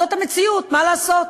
זאת המציאות, מה לעשות,